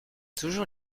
toujours